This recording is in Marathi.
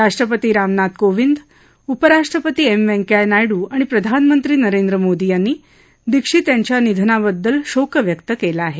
राष्ट्रपती रामनाथ कोविंद उपराष्ट्रपती एम वैंकय्या नायडू आणि प्रधानमंत्री नरेंद्र मोदी यांनी दीक्षित यांच्या निधनाबद्दल शोक व्यक्त केला आहे